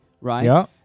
right